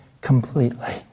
completely